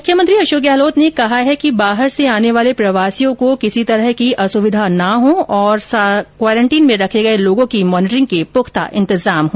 मुख्यमंत्री अशोक गहलोत ने कहा है कि बाहर से आने वाले प्रवासियों को किसी तरह की असुविधा नहीं हो और साथ ही क्वारंटाइन में रखे गये लोगों की मॉनिटरिंग के पुख्ता इंतजाम हो